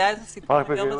היה איזה סיפור עם יום הזיכרון.